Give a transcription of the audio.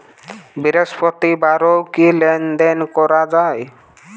বৃহস্পতিবারেও কি লেনদেন করা যায়?